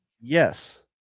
Yes